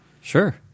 Sure